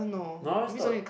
no I always thought